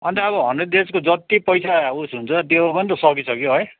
अनि त अब हन्ड्रेड डेजको जत्ति पैसा उस हुन्छ त्यो पनि सकिसक्यो है